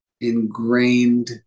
ingrained